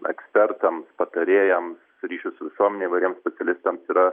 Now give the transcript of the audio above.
ekspertams patarėjam ryšių su visuomene įvairiems specialistams yra